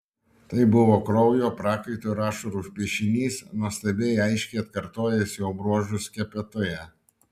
tai buvo kraujo prakaito ir ašarų piešinys nuostabiai aiškiai atkartojęs jo bruožus skepetoje